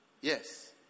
Yes